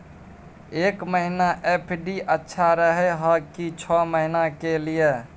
एक महीना एफ.डी अच्छा रहय हय की छः महीना के लिए?